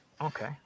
okay